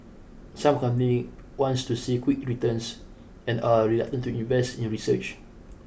some companies want to see quick returns and are reluctant to invest in research